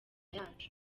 yacu